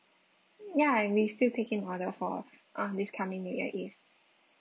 ya we still taking order for um this coming new year eve